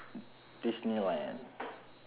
disneyland